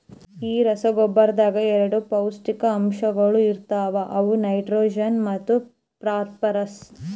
ಈ ರಸಗೊಬ್ಬರದಾಗ್ ಎರಡ ಪೌಷ್ಟಿಕಾಂಶಗೊಳ ಇರ್ತಾವ ಅವು ನೈಟ್ರೋಜನ್ ಮತ್ತ ಫಾಸ್ಫರ್ರಸ್